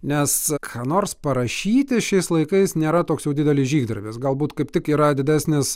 nes ką nors parašyti šiais laikais nėra toks jau didelis žygdarbis galbūt kaip tik yra didesnis